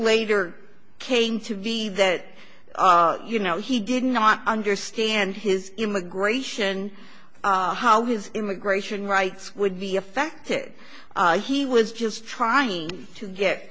later came to me that you know he did not understand his immigration how his immigration rights would be affected he was just trying to get